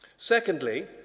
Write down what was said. Secondly